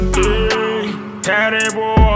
Terrible